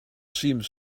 seemed